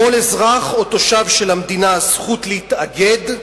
לכל אזרח או תושב של המדינה זכות להתאגד.